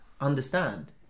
understand